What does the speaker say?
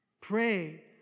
Pray